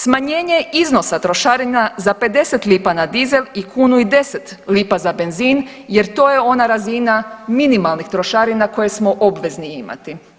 Smanjenje iznosa trošarina za 50 lipa na dizel i kunu i 10 lipa za benzin jer to je ona razina minimalnih trošarina koje smo obvezni imati.